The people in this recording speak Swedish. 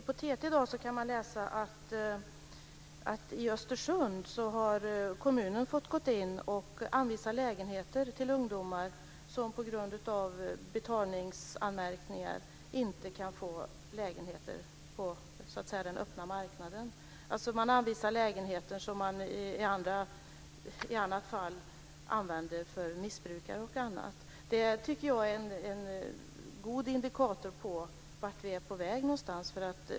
På TT i dag kan vi läsa att i Östersund har kommunen fått gå in och anvisa lägenheter till ungdomar som på grund av betalningsanmärkningar inte kan få lägenheter på den öppna marknaden. Man anvisar lägenheter som man i annat fall använder för missbrukare och andra. Det tycker jag är en tydlig indikator på vart vi är på väg.